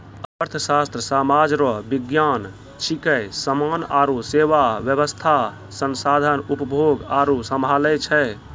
अर्थशास्त्र सामाज रो विज्ञान छिकै समान आरु सेवा वेवस्था संसाधन उपभोग आरु सम्हालै छै